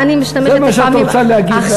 זה מה שאת רוצה להגיד.